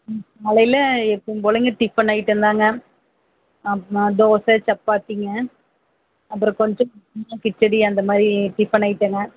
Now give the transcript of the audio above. ம் காலையில் எப்பையும் போலங்க டிஃபன் ஐட்டம் தாங்க அப்புறமா தோசை சப்பாத்திங்க அப்புறம் கொஞ்சம் உப்புமா கிச்சடி அந்தமாதிரி டிஃபன் ஐட்டங்க